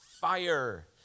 fire